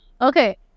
Okay